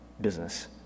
business